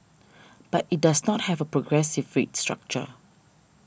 but it does not have a progressive rate structure